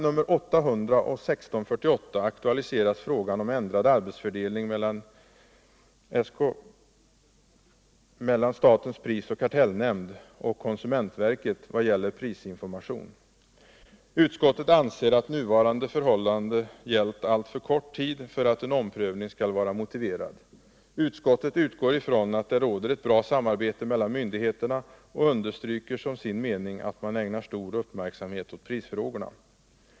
Utskottet anser att nuvarande förhållande gällt alltför kont tid för att en omprövning skall vara motiverad. Utskottet utgår ifrån att det råder ett bra samarbete mellan myndigheterna och understryker som sin mening att man ägnar stor uppmärksamhet åt prisfrågorna.